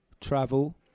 travel